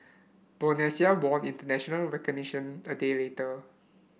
Bosnia won international recognition a day later